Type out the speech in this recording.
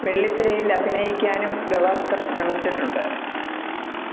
വെള്ളിത്തിരയിൽ അഭിനയിക്കാനും ഗവാസ്കർ ശ്രമിച്ചിട്ടുണ്ട്